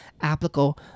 applicable